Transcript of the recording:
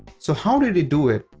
so, how did he do it?